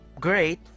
great